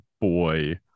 boy